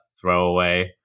throwaway